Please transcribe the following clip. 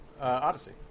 Odyssey